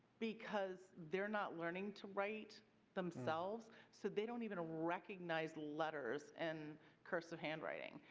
because they are not learning to write themselves. so they don't even recognize letters in cursive handwriting.